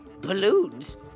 Balloons